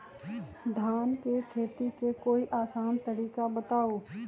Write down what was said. धान के खेती के कोई आसान तरिका बताउ?